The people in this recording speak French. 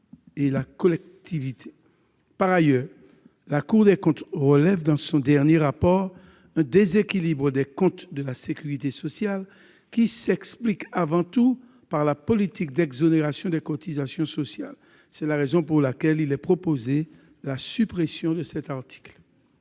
Par ailleurs, la Cour des comptes relève, dans son dernier rapport, un déséquilibre des comptes de la sécurité sociale qui s'explique, avant tout, par la politique d'exonération de cotisations sociales. C'est la raison pour laquelle est proposée la suppression de cet article.